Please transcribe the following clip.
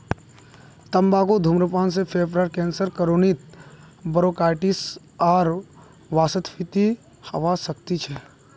तंबाकू धूम्रपान से फेफड़ार कैंसर क्रोनिक ब्रोंकाइटिस आर वातस्फीति हवा सकती छे